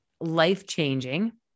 life-changing